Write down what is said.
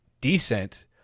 decent